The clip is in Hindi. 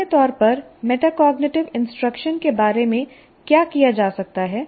सामान्य तौर पर मेटाकॉग्निटिव इंस्ट्रक्शन के बारे में क्या किया जा सकता है